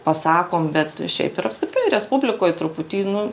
pasakom bet šiaip ir apskritai respublikoj truputį nu